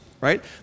right